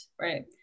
right